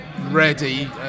ready